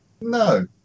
No